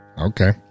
Okay